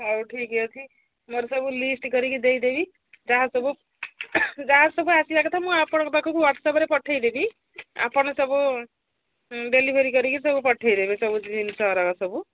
ହଉ ଠିକ ଅଛି ମୋର ସବୁ ଲିଷ୍ଟ କରିକି ଦେଇଦେବି ଯାହା ସବୁ ଯାହା ସବୁ ଆସିବା କଥା ମୁଁ ଆପଣଙ୍କ ପାଖକୁ ହ୍ୱାଟ୍ସଆପରେ ପଠେଇଦେବି ଆପଣ ସବୁ ଡେଲିଭରି କରିକି ସବୁ ପଠେଇଦେବେ ସବୁ ଜିନିଷଗୁଡ଼ାକ ସବୁ